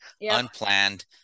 unplanned